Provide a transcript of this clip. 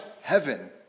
Heaven